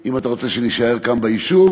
אם אתה רוצה שנישאר כאן ביישוב,